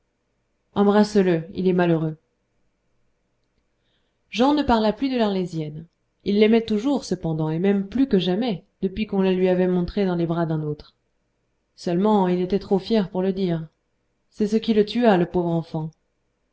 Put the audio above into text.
embrasse le il est malheureux jan ne parla plus de l'arlésienne il l'aimait toujours cependant et même plus que jamais depuis qu'on la lui avait montrée dans les bras d'un autre seulement il était trop fier pour rien dire c'est ce qui le tua le pauvre enfant